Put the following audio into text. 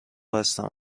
بستم